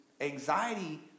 anxiety